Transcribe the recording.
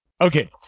Okay